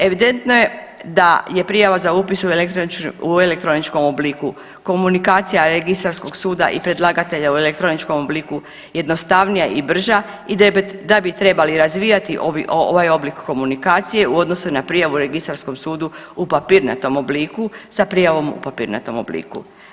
Evidentno je da je prijava za upis u elektroničkom obliku komunikacija registarskog suda i predlagatelja u elektroničkom obliku jednostavnija i brža i da bi trebali razvijati ovaj oblik komunikacije u odnosu na prijavu registarskom sudu u papirnatom obliku sa prijavom u papirnatom obliku.